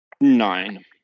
Nine